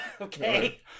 Okay